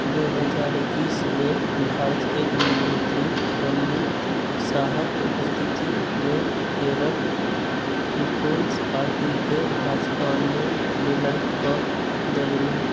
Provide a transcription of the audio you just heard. दू हजार एक्कीस मे ओ भारतक गृहमन्त्री अमित शाहक उपस्थितिमे केरल पीपुल्स पार्टीके भाजपामे विलय कऽ देलनि